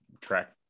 track